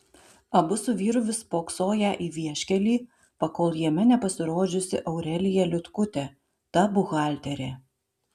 abu su vyru vis spoksoję į vieškelį pakol jame nepasirodžiusi aurelija liutkutė ta buhalterė